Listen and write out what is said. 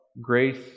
grace